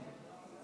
היושב-ראש,